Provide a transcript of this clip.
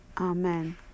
Amen